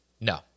No